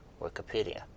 Wikipedia